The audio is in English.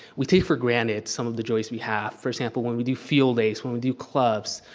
we take for granted some of the joys we have. for example, when we do field days, when we do clubs,